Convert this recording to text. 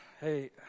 hey